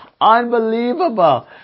Unbelievable